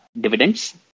dividends